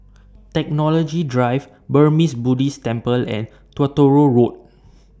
Technology Drive Burmese Buddhist Temple and Truro Road